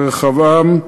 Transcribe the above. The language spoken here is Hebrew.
ורחבעם לילדיהם: